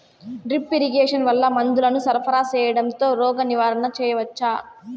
Drip irrigation వల్ల మందులను సరఫరా సేయడం తో రోగ నివారణ చేయవచ్చా?